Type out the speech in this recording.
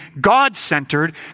God-centered